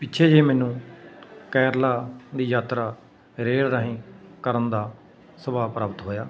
ਪਿੱਛੇ ਜਿਹੇ ਮੈਨੂੰ ਕੇਰਲਾ ਦੀ ਯਾਤਰਾ ਰੇਲ ਰਾਹੀਂ ਕਰਨ ਦਾ ਸੁਭਾਗ ਪ੍ਰਾਪਤ ਹੋਇਆ